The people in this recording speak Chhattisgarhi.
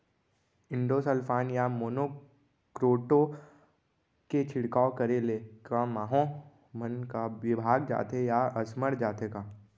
इंडोसल्फान या मोनो क्रोटोफास के छिड़काव करे ले क माहो मन का विभाग जाथे या असमर्थ जाथे का?